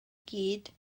gyd